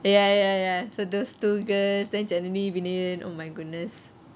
ya ya ya so those two girls then janani vinayan oh my goodness